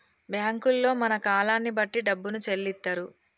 బ్యాంకుల్లో మన కాలాన్ని బట్టి డబ్బును చెల్లిత్తరు